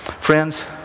Friends